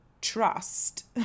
trust